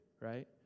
right